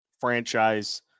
franchise